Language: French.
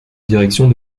direction